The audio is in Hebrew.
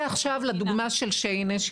ועכשיו לדוגמה של שיינה,